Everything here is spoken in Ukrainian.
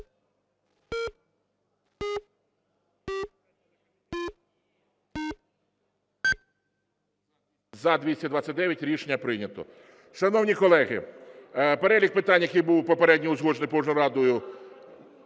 За-229 Рішення прийнято. Шановні колеги, перелік питань, який був попередньо узгоджений Погоджувальною